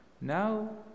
Now